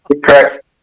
Correct